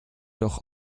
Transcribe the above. doch